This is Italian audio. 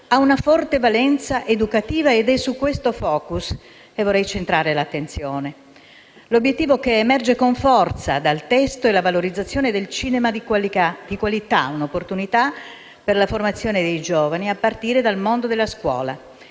ha una forte valenza educativa ed è su questo *focus* che vorrei centrare la mia attenzione. L'obiettivo che emerge con forza dal testo è la valorizzazione del cinema di qualità: un'opportunità per la formazione dei giovani a partire dalla scuola.